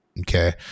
Okay